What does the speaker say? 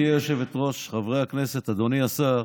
גברתי היושבת-ראש, חברי הכנסת, אדוני השר